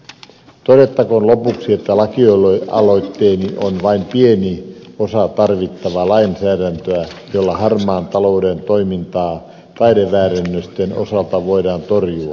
todettakoon lopuksi että lakialoitteeni on vain pieni osa tarvittavaa lainsäädäntöä jolla harmaan talouden toimintaa taideväärennösten osalta voidaan torjua